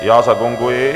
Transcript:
Já zagonguji.